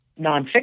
nonfiction